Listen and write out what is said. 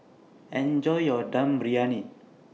Enjoy your Dum Briyani